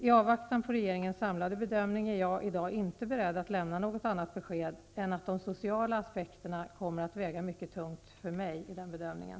I avvaktan på regeringens samlade bedömning är jag i dag inte beredd att lämna något annat besked än att de sociala aspekterna kommer att väga mycket tungt för mig vid bedömningen.